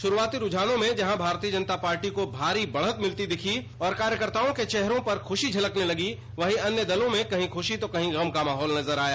शुरूआती रूझान से भारतीय जनता पार्टी को भारी बढ़त मिली और कार्यकताओं के चेहरों पर खुशी झलकने लगी वहीं अन्य दलों में कहीं खुशी तो कहीं गम का माहौल नजर आया